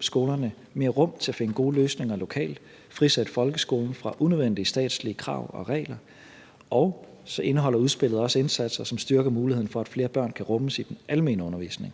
skolerne mere rum til at finde gode løsninger lokalt og frisætte folkeskolen fra unødvendige statslige krav og regler. Og så indeholder udspillet også indsatser, som styrker muligheden for, at flere børn kan rummes i den almene undervisning,